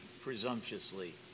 presumptuously